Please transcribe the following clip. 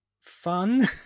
fun